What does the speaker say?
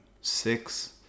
six